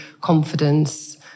confidence